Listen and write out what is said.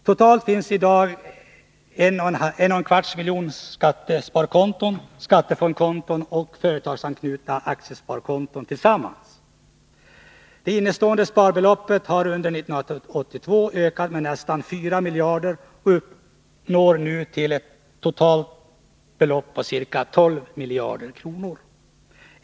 Totalt finns det i dag tillsammans en och en kvarts miljon skattesparkonton, skattefondskonton och företagsanknutna aktiesparkonton. Det innestående sparbeloppet har under 1982 ökat med nästan 4 miljarder och uppgår nu till totalt ca 12 miljarder.